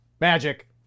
magic